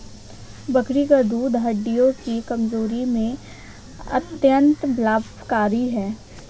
बकरी का दूध हड्डियों की कमजोरी में अत्यंत लाभकारी है